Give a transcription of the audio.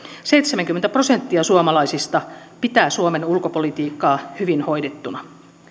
seitsemänkymmentä prosenttia suomalaisista pitää suomen ulkopolitiikkaa hyvin hoidettuna